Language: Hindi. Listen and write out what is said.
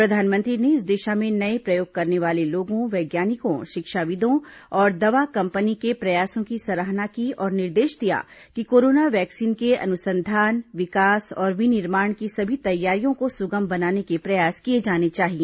प्रधानमंत्री ने इस दिशा में नए प्रयोग करने वाले लोगों वैज्ञानिकों शिक्षाविदों और दवा कंपनी के प्रयासों की सराहना की और निर्देश दिया कि कोरोना वैक्सीन के अनुसंधान विकास और विनिर्माण की सभी तैयारियों को सुगम बनाने के प्रयास किए जाने चाहिए